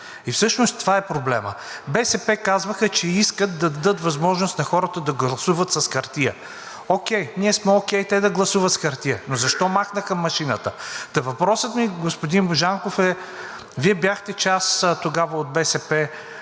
и всъщност това е проблемът. БСП казваха, че искат да дадат възможност на хората да гласуват с хартия. Ние сме окей те да гласуват с хартия, но защо махнаха машината? Въпросът ми, господин Божанков, е: Вие бяхте част тогава от БСП,